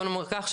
בוא נאמר כך,